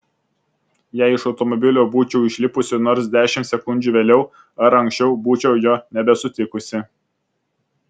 jei iš automobilio būčiau išlipusi nors dešimt sekundžių vėliau ar anksčiau būčiau jo nebesutikusi